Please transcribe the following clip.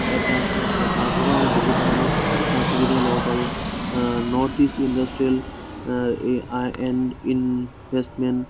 এটা আছে তো তাৰ পৰাও আমি বহুত ধৰণৰ সা সুবিধা ল'ব পাৰোঁ north east industrial I N investment